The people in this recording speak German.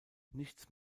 nichts